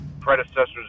predecessors